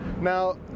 now